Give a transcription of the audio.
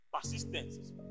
persistence